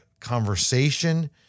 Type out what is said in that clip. conversation